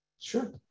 Sure